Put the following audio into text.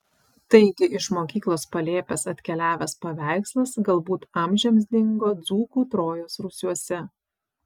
taigi iš mokyklos palėpės atkeliavęs paveikslas galbūt amžiams dingo dzūkų trojos rūsiuose